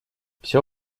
всё